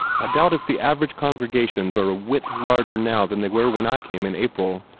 i doubt if the average congregations are a whit larger now than they were when i came in april.